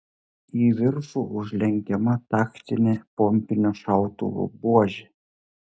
į viršų užlenkiama taktinė pompinio šautuvo buožė